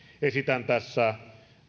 esitän tässä